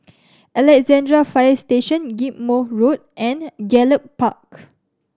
Alexandra Fire Station Ghim Moh Road and Gallop Park